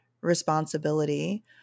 responsibility